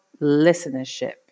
listenership